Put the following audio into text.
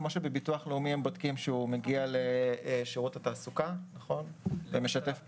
כפי שבביטוח הלאומי בודקים שהוא מגיע לשירות התעסוקה ומשתף פעולה,